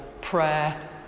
prayer